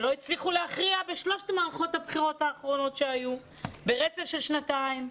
שלא הצליחו להכריע בשלושת מערכות הבחירות האחרונות שהיו ברצף של שנתיים.